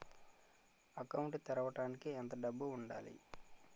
Account తెరవడానికి ఎంత డబ్బు ఉండాలి?